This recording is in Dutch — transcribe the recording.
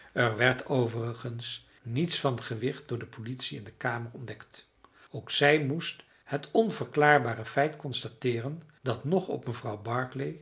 er werd overigens niets van gewicht door de politie in de kamer ontdekt ook zij moest het onverklaarbare feit constateeren dat noch op mevrouw barclay